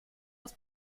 aus